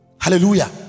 Hallelujah